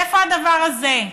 איפה הדבר הזה?